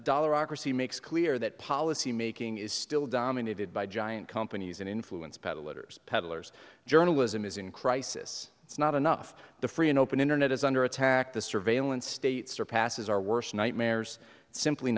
dollar ocracy makes clear that policymaking is still dominated by giant companies and influence peddling peddlers journalism is in crisis it's not enough the free and open internet is under attack the surveillance state surpasses our worst nightmares simply